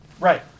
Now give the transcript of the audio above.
Right